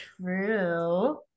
True